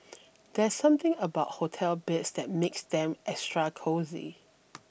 there's something about hotel beds that makes them extra cosy